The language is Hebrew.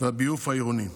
והביוב העירוני.